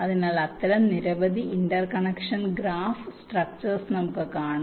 അതിനാൽ അത്തരം നിരവധി ഇന്റർകണക്ഷൻ ഗ്രാഫ് ഘടനകൾ നമുക്ക് കാണാം